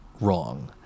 wrong